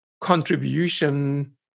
contribution